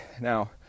Now